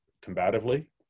combatively